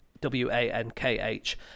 W-A-N-K-H